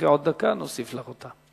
תצטרכי עוד דקה, נוסיף לך אותה.